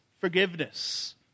forgiveness